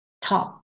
top